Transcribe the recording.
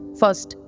first